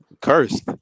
Cursed